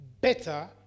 better